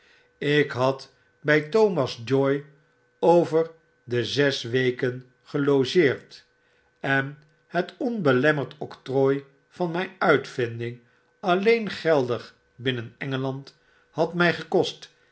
ik had by thomas joy over de zes weken gelogeerd en het onbelemmerd octrooi van myn uitvinding alleen geldig binnen engeland had my gekost